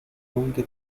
lunghe